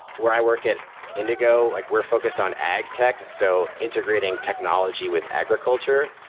where i work at indigo, like we're focused on ag-tech, so integrating technology with agriculture.